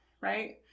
right